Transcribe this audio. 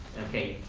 okay.